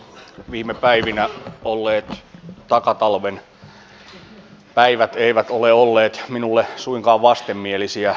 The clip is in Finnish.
viime päivinä olleet takatalven päivät eivät ole olleet minulle suinkaan vastenmielisiä